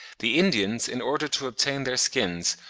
the indians, in order to obtain their skins,